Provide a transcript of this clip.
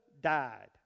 died